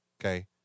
Okay